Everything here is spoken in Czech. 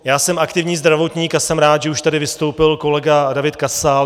Já jsem aktivní zdravotník a jsem rád, že už tady vystoupil kolega David Kasal.